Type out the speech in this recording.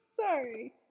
sorry